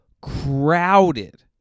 crowded